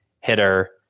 hitter